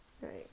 right